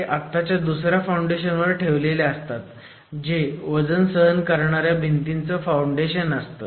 ते आत्ताच्या दुसऱ्या फाउंडेशन वर ठेवलेले असतात जे वजन सहन करणाऱ्या भिंतीचं फाउंडेशन असतं